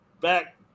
back